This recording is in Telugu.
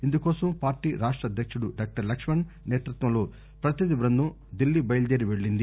ఇందుకోసం పార్టీ రాష్ట అధ్యక్షుడు డాక్టర్ లక్మణ్ సేతృత్వంలో ప్రతినిధి బృందం ఢిల్లీ బయలుదేరి పెళ్లింది